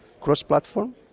cross-platform